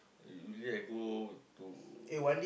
usually I go to